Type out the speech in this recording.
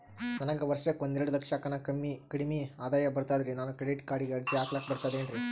ನನಗ ವರ್ಷಕ್ಕ ಒಂದೆರಡು ಲಕ್ಷಕ್ಕನ ಕಡಿಮಿ ಆದಾಯ ಬರ್ತದ್ರಿ ನಾನು ಕ್ರೆಡಿಟ್ ಕಾರ್ಡೀಗ ಅರ್ಜಿ ಹಾಕ್ಲಕ ಬರ್ತದೇನ್ರಿ?